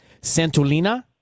Santolina